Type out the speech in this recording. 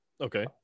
Okay